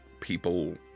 people